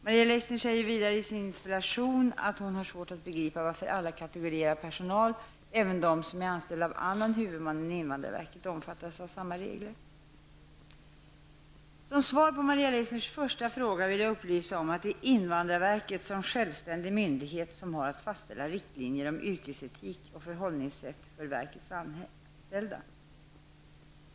Maria Leissner säger vidare i sin interpellation att hon har svårt att begripa varför alla kategorier av personal och även de som är anställda av annan huvudman än invandrarverket, omfattas av samma regler. Som svar på Maria Leissners första fråga vill jag upplysa om att det är invandrarverket som självständig myndighet som har att fastställa riktlinjer om yrkesetik och förhållningssätt för verkets anställda.